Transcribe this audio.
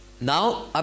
Now